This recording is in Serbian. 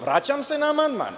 Vraćam se na amandman.